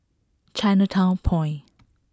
Chinatown Point